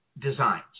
designs